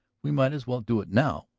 we might as well do it now,